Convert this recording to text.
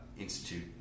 institute